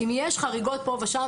אם יש חריגות פה ושם,